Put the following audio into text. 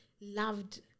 loved